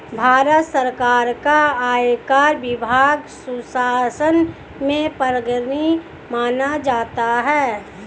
भारत सरकार का आयकर विभाग सुशासन में अग्रणी माना जाता है